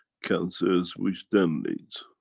cancers which then leads.